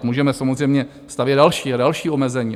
Můžeme samozřejmě stavět další a další omezení.